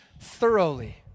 thoroughly